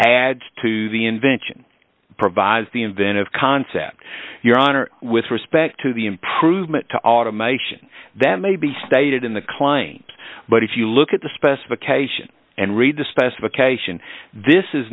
adds to the invention provides the inventive concept your honor with respect to the improvement to automation that may be stated in the kleins but if you look at the specification and read the specification this is